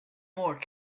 more